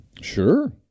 Sure